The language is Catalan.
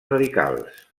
radicals